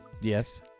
Yes